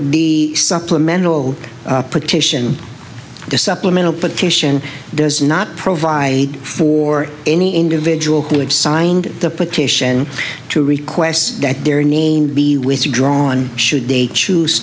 the supplemental petition the supplemental petition does not provide for any individual who have signed the petition to request that their name be withdrawn should they choose